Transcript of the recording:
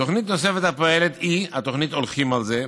תוכנית נוספת הפועלת היא התוכנית "הולכים על זה",